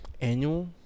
Annual